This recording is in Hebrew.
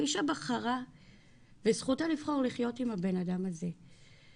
האישה בחרה וזכותה לבחור לחיות עם הבן אדם הזה ואני